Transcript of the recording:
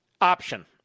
option